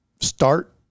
start